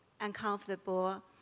uncomfortable